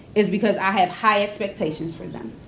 it's because i have high expectations for them.